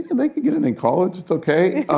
they could get it in college. it's ok.